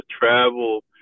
travel